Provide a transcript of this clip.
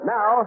Now